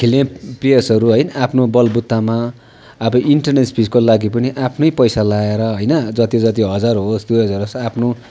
खेल्ने प्लेयर्सहरू है आफ्नो बलबुतामा अब इन्टरम्याच फिसको लागि पनि आफ्नै पैसा लगाएर होइन जति जति हजार होस् दुई हजार होस् आफ्नो